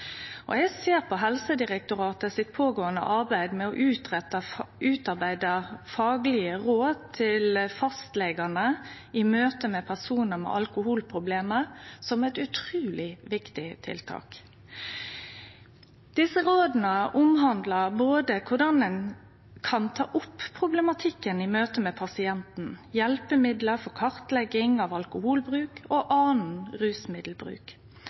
Eg ser på det arbeidet som Helsedirektoratet er i gang med, å utarbeide faglege råd til fastlegane i møte med personar med alkoholproblem, som eit utruleg viktig tiltak. Desse råda omhandlar både korleis ein kan ta opp problematikken i møte med pasienten, hjelpemiddel for kartlegging av alkoholbruk og annan rusmiddelbruk